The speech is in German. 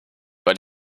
weil